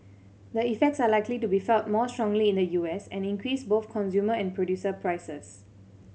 the effects are likely to be felt more strongly in the U S and increase both consumer and producer prices